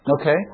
Okay